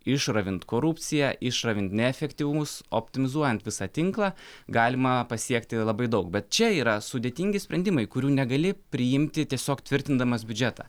išravint korupciją išravint neefektyvumus optimizuojant visą tinklą galima pasiekti labai daug bet čia yra sudėtingi sprendimai kurių negali priimti tiesiog tvirtindamas biudžetą